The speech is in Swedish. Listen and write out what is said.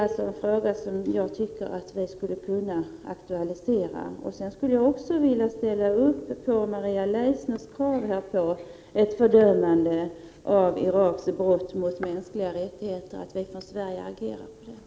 Detta är en fråga som jag tycker att vi skulle kunna aktualisera. — 17 mars 1989 Jag vill också ställa mig bakom Maria Leissners krav på ett fördömande av Iraks brott mot mänskliga rättigheter och att vi från Sveriges sida reagerar mot detta.